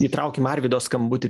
įtraukim arvydo skambutį